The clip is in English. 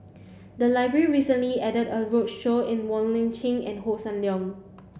the library recently added a roadshow in Wong Lip Chin and Hossan Leong